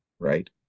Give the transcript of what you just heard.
right